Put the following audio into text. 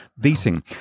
beating